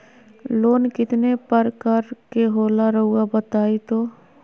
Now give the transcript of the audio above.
Loan कितने पारकर के होला रऊआ बताई तो?